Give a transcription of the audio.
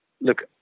look